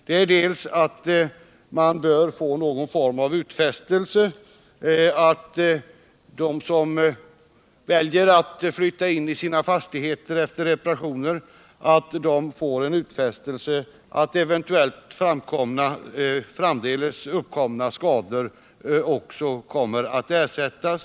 För det första bör de som väljer att flytta in i sina fastigheter efter reparationer få någon form av utfästelse att eventuellt framdeles uppkomna skador också kommer att ersättas.